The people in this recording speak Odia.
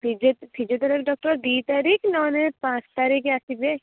ଫିଜିଓଥେରାପି ଡକ୍ଟର ଦୁଇ ତାରିଖ ନହେଲେ ପାଞ୍ଚ ତାରିଖ ଆସିବେ